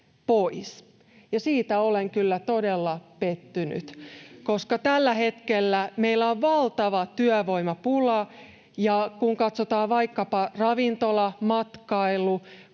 ja siihen olen kyllä todella pettynyt, koska tällä hetkellä meillä on valtava työvoimapula. Kun katsotaan vaikkapa ravintola-, matkailu-